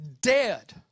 dead